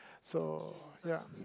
so ya